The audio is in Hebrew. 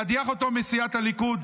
להדיח אותו מסיעת הליכוד.